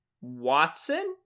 Watson